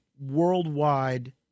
worldwide